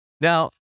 Now